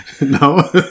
No